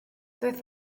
doedd